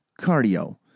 Cardio